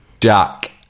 Jack